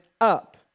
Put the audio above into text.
up